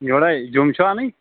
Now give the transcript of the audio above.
یوٚرے جوٚم چھا اَنٕنۍ